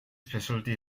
facility